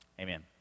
Amen